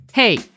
Hey